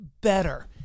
better